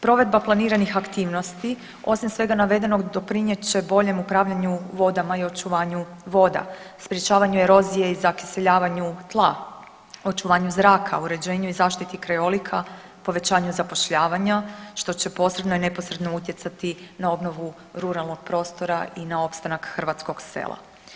Provedba planiranih aktivnosti osim svega navedenog doprinijet će boljem upravljanju vodama i očuvanju voda, sprječavanju erozije i zakiseljavanju tla, očuvanju zraka, uređenju i zaštiti krajolika, povećanja zapošljavanja što će posredno i neposredno utjecati na obnovu ruralnog prostora i na opstanak hrvatskog sela.